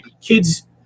kids